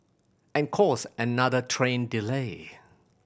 and cause another train delay